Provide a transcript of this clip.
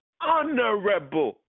honorable